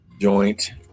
Joint